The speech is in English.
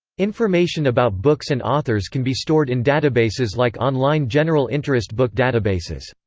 information about books and authors can be stored in databases like online general-interest book databases.